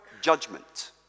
judgment